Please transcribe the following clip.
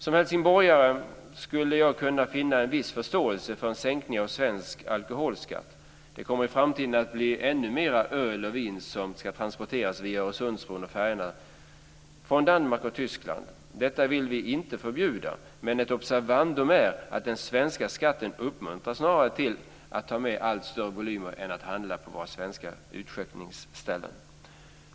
Som helsingborgare skulle jag kunna känna en viss förståelse för en sänkning av svensk alkoholskatt. Det kommer i framtiden att bli ännu mera öl och vin som ska transporteras via Öresundsbron och färjorna från Danmark och Tyskland. Detta vill vi inte förbjuda, men ett observandum är att den svenska skatten snarare uppmuntrar till att ta med allt större volymer än att handla på våra svenska utskänkningsställen.